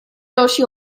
další